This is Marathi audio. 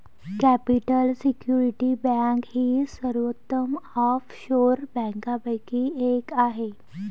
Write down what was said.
कॅपिटल सिक्युरिटी बँक ही सर्वोत्तम ऑफशोर बँकांपैकी एक आहे